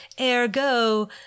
ergo